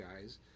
guys